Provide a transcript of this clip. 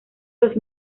los